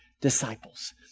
disciples